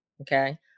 okay